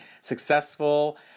successful